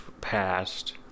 passed